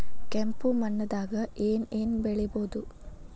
ಕೆಂಪು ಮಣ್ಣದಾಗ ಏನ್ ಏನ್ ಬೆಳಿಬೊದು?